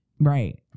Right